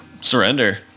surrender